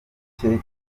cye